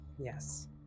Yes